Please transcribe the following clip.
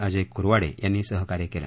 अजय कुरवाडक यांनी सहकार्य कल्ल